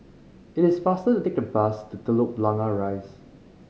it is faster to take the bus to Telok Blangah Rise